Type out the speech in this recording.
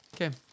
Okay